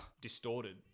distorted